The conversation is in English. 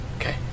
Okay